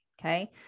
Okay